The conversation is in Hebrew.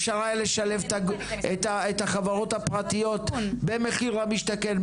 אפשר היה לשלב את החברות הפרטיות במחיר למשתכן,